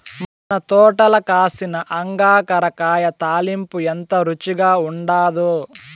మన తోటల కాసిన అంగాకర కాయ తాలింపు ఎంత రుచిగా ఉండాదో